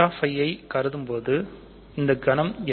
Zi ஐ கருதும்போதுஇந்த கணம் என்ன